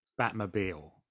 Batmobile